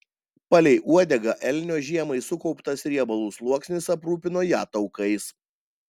palei uodegą elnio žiemai sukauptas riebalų sluoksnis aprūpino ją taukais